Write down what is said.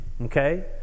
okay